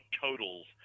totals